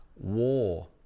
war